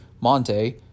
monte